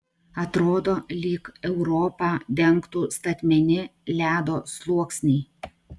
atrodo lyg europą dengtų statmeni ledo sluoksniai